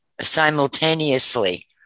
simultaneously